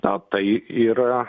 na tai yra